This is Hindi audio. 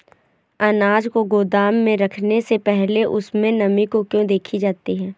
अनाज को गोदाम में रखने से पहले उसमें नमी को क्यो देखी जाती है?